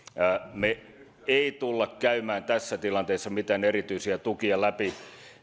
me emme tule käymään tässä tilanteessa mitään erityisiä tukia läpi